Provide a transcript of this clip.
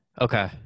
Okay